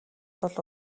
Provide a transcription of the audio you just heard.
тул